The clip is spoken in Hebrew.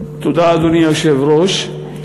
אדוני היושב-ראש,